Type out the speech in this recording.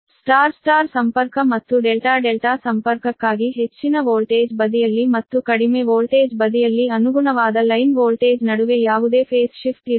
star star ಸಂಪರ್ಕ ಮತ್ತು delta delta ಸಂಪರ್ಕಕ್ಕಾಗಿ ಹೆಚ್ಚಿನ ವೋಲ್ಟೇಜ್ ಬದಿಯಲ್ಲಿ ಮತ್ತು ಕಡಿಮೆ ವೋಲ್ಟೇಜ್ ಬದಿಯಲ್ಲಿ ಅನುಗುಣವಾದ ಲೈನ್ ವೋಲ್ಟೇಜ್ ನಡುವೆ ಯಾವುದೇ ಫೇಸ್ ಶಿಫ್ಟ್ ಇರುವುದಿಲ್ಲ